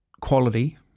quality